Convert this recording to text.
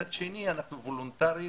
מצד שני אנחנו וולונטריים,